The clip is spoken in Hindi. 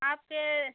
आपके